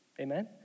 Amen